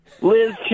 Liz